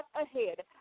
ahead